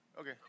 Okay